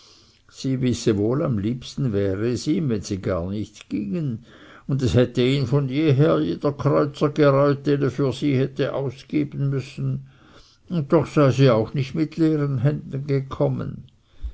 sie wisse wohl am liebsten wäre es ihm wenn sie gar nicht gingen und es hätte ihn von jeher jeder kreuzer gereut den er für sie hätte ausgeben müssen und doch sei sie auch nicht mit leeren händen gekommen